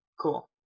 Cool